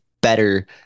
better